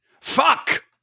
Fuck